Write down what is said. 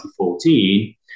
2014